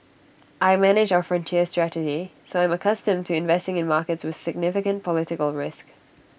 I manage our frontier strategy so I'm accustomed to investing in markets with significant political risk